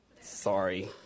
sorry